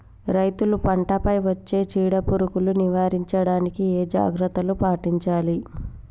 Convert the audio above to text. రైతులు పంట పై వచ్చే చీడ పురుగులు నివారించడానికి ఏ జాగ్రత్తలు పాటించాలి?